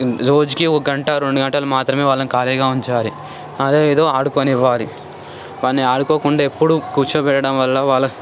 రోజుకి ఒక గంట రెండు గంటలు మాత్రమే వాళ్ళని ఖాళీగా ఉంచాలి అదే ఏదో ఆడుకోనివ్వాలి వారిని ఆడుకోకుండా ఎప్పుడు కూర్చోబెట్టడం వల్ల వాళ్ళ